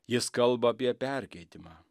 jis kalba apie perkeitimą